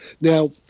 Now